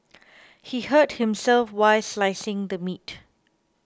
he hurt himself while slicing the meat